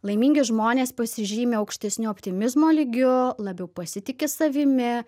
laimingi žmonės pasižymi aukštesniu optimizmo lygiu labiau pasitiki savimi